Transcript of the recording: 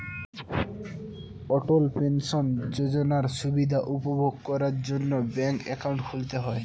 অটল pension যোজনার সুবিধা উপভোগ করার জন্য ব্যাঙ্ক একাউন্ট খুলতে হয়